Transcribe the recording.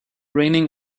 reigning